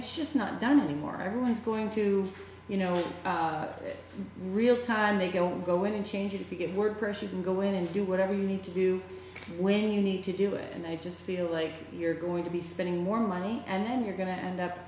it's just not done anymore everyone's going to you know real time they don't go in and change it if you get word press you can go in and do whatever you need to do when you need to do it and i just feel like you're going to be spending more money and then you're going to end up